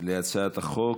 להצעת החוק,